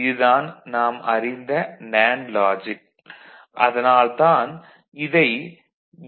இது தான் நாம் அறிந்த நேண்டு லாஜிக் அதனால் தான் இதை டி